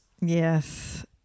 Yes